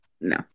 No